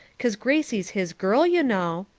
cause gracie's his girl, you know.